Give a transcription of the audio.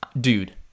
Dude